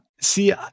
See